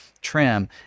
trim